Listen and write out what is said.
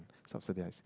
subsidise